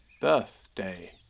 birthday